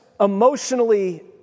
emotionally